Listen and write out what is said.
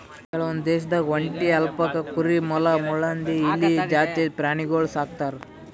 ಕೆಲವೊಂದ್ ದೇಶದಾಗ್ ಒಂಟಿ, ಅಲ್ಪಕಾ ಕುರಿ, ಮೊಲ, ಮುಳ್ಳುಹಂದಿ, ಇಲಿ ಜಾತಿದ್ ಪ್ರಾಣಿಗೊಳ್ ಸಾಕ್ತರ್